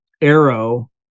arrow